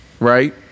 Right